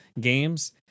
games